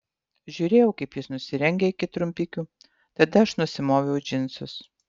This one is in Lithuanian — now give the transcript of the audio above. žiūrėjau kaip jis nusirengia iki trumpikių tada aš nusimoviau džinsus